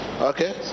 Okay